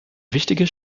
wichtiger